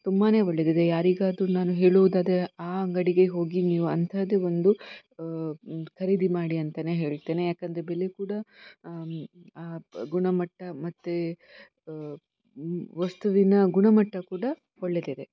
ತುಂಬಾ ಒಳ್ಳೆದಿದೆ ಯಾರಿಗಾದ್ರೂ ನಾನು ಹೇಳುವುದದೇ ಆ ಅಂಗಡಿಗೆ ಹೋಗಿ ನೀವು ಅಂಥದ್ದೇ ಒಂದು ಖರೀದಿ ಮಾಡಿ ಅಂತಾನೇ ಹೇಳ್ತೇನೆ ಯಾಕಂದರೆ ಬೆಲೆ ಕೂಡ ಆ ಗುಣಮಟ್ಟ ಮತ್ತು ವಸ್ತುವಿನ ಗುಣಮಟ್ಟ ಕೂಡ ಒಳ್ಳೆದಿದೆ